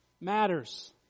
matters